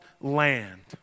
land